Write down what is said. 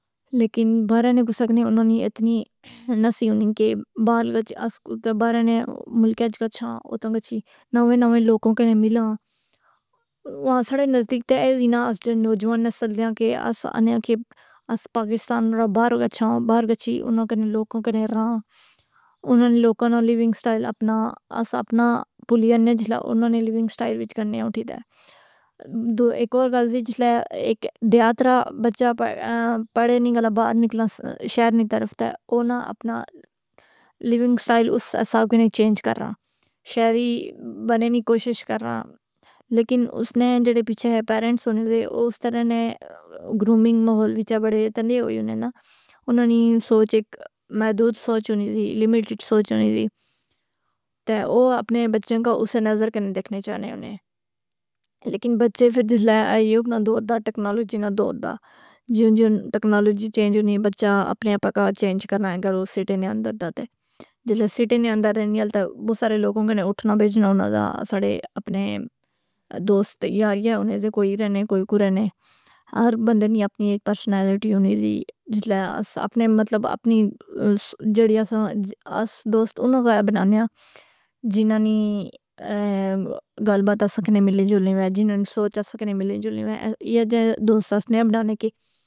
لیکن باہرا نے گسکنے انہاں نی اتنی نہ سی ہونی کہ باراں نے ملکاں اچ گچھاں اتوں گچھیں نوے نوے لوکوں کے ملاں، وہاں ساڑے نزدیک تے ایسی نا آسٹ نوجوان نسل دیاں کہ آس آنے آں کہ اس پاکستان مڑا باہر گچھاں، باہر گچھیں اناں کنے لوکوں کنے راں۔ اناں نے لوکاں نہ لیوینگ سٹائل اپنا، آس اپنا پولی اننے جسلے اوناں نے لیوینگ سٹائل وچ گنّے آں اُٹھی تہ۔ دو ایک اور گل سی جسلے ایک دیہاترا بچہ پڑھے نی گلا باہر نکل ناس شہر نی طرف تے، اوناں اپنا لیوینگ سٹائل اس حساب گنی چینج کرنا۔ شہری بننے نیں کوشش کرنا۔ لیکن اس نے جڑے پیچھے پیرنٹس ہونے دے او اس طرح نے گرومنگ محول وچ بڑے تہ نیں ہوۓ ہونے نا۔ اناں نی سوچ ایک محدود سوچ ہونی دی، لیمیٹیڈ سوچ ہونی دی۔ تے او اپنے بچیاں کا اے نظر کنے دیکھنے چاہنے ہونے۔ لیکن بچے فر جس لاہ آئیوں نا دوردا ٹکنالوجی نا دوردا۔ جیو جیو ٹکنالوجی چینج ہونی بچہ اپنے آپ کا چینج کرنا اگر او سیٹی نے اندردا تے۔ جس لاہ سیٹی نے اندر رہنیل تہ بہت سارے لوگوں کنے اٹھنا بھیجنا ہوناں دا۔ اساڑے اپنے دوست یا ایا ہونے سے کوئی ای رہنے کوئی کو رہنے۔ ہر بندہ نی اپنی ایک پرسنالٹی ہونی دی۔ جسلے آس اپنے مطلب اپنی جڑیاں ساں آس دوست اناں وے بنانے آں جناں نی گل بات آساں کنے ملنی جلنی وے۔ جناں نی سوچ آساں کنے ملنی جلنی وے۔ یہ جیہ دوست آس نے اپناونے ہیں.